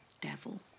devil